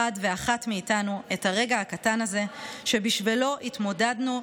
ואחת מאיתנו את הרגע הקטן הזה שבשבילו התמודדנו,